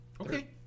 Okay